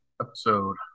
episode